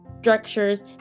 structures